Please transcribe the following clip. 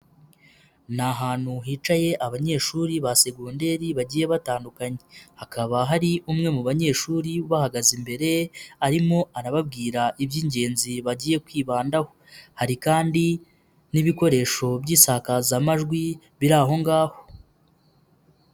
Ni ahantu hicaye abanyeshuri ba segonderi bagiye batandukanye, hakaba hari umwe mu banyeshuri ubahagaze imbere, arimo arababwira iby'ingenzi bagiye kwibandaho, hari kandi n'ibikoresho by'isakazamajwi, biri aho ngaho.